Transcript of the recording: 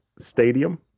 stadium